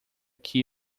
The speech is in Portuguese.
que